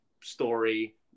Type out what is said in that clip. story